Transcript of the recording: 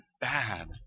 bad